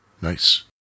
nice